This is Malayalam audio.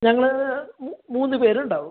ഞങ്ങൾ മൂന്ന് പേർ ഉണ്ടാവും